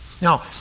Now